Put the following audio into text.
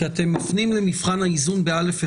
כי אתם מפנים למבחן האיזון בסעיף קטן (א1),